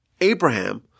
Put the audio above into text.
Abraham